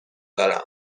دارم